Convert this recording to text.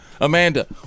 Amanda